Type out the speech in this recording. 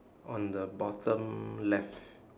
on the bottom left